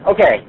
Okay